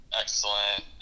excellent